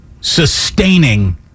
sustaining